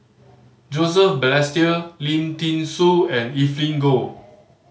Joseph Balestier Lim Thean Soo and Evelyn Goh